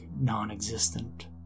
non-existent